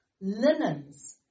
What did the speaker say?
linens